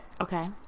Okay